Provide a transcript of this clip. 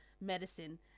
medicine